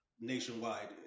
nationwide